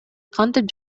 кантип